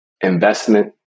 investment